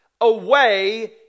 away